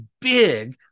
big